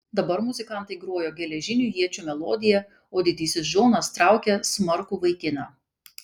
dabar muzikantai grojo geležinių iečių melodiją o didysis džonas traukė smarkų vaikiną